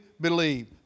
believe